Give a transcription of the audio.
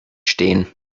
stehen